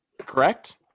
Correct